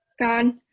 God